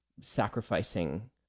sacrificing